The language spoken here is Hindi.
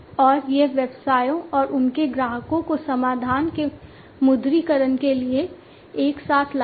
और यह व्यवसायों और उनके ग्राहकों को समाधान के मुद्रीकरण के लिए एक साथ लाता है